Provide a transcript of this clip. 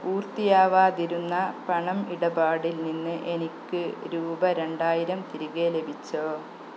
പൂർത്തിയാവാതിരുന്ന പണം ഇടപാടിൽ നിന്ന് എനിക്ക് രൂപ രണ്ടായിരം തിരികെ ലഭിച്ചോ